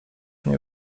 mnie